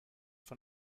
von